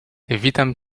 witam